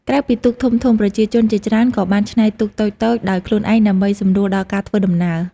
ក្រៅពីទូកធំៗ ប្រជាជនជាច្រើនក៏បានច្នៃទូកតូចៗដោយខ្លួនឯងដើម្បីសម្រួលដល់ការធ្វើដំណើរ។